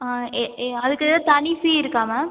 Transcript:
ஆ எ எ அதுக்கு தனி ஃபீ இருக்கா மேம்